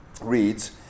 reads